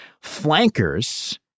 Flankers